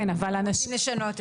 כן, אבל אנשים --- אם רוצים לשנות,